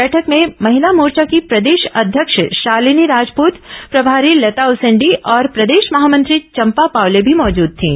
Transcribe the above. बैठक में महिला मोर्चा की प्रदेश अध्यक्ष शालिनी राजपुत प्रभारी लता उसेंडी और प्रदेश महामंत्री चम्पा पावले भी मौजूद थीं